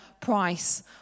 price